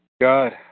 God